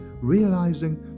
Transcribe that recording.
realizing